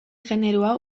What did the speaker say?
generoa